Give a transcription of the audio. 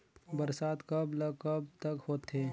बरसात कब ल कब तक होथे?